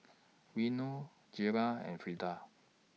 Reno Jayla and Frieda